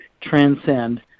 transcend